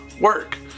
work